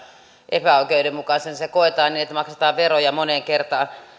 epäoikeudenmukaisena se koetaan niin että maksetaan veroja moneen kertaan